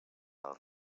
del